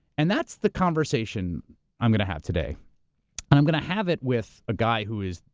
and that's the conversation i'm gonna have today. and i'm gonna have it with a guy who is,